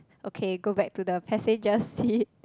okay go back to the passenger seat